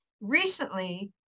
recently